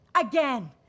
again